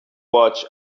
watch